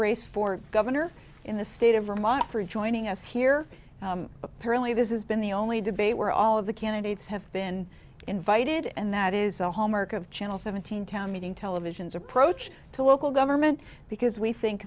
race for governor in the state of vermont for joining us here apparently this is been the only debate where all of the candidates have been invited and that is a hallmark of channel seventeen town meeting television's approach to local government because we think